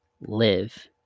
live